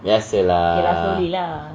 biasa lah